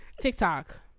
tiktok